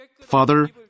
Father